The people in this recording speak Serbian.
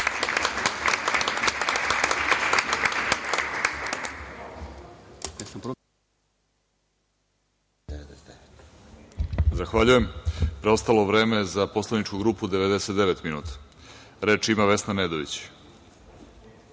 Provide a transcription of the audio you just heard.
Zahvaljujem. Preostalo vreme za poslaničku grupu je 99 minuta. Reč ima Vesna